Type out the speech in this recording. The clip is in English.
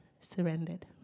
surrendered